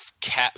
Cat